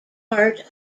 part